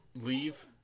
leave